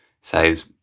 says